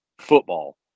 football